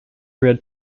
red